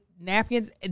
napkins